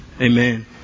Amen